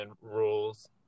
rules